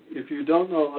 if you don't know